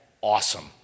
Awesome